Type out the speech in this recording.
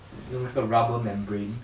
用那个 rubber membrane